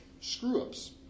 screw-ups